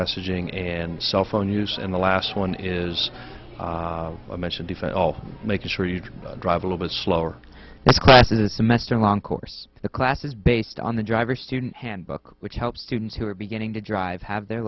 messaging and cell phone use in the last one is i mentioned if at all making sure you don't drive little bit slower this class is semester long course the class is based on the driver student handbook which helps students who are beginning to drive have their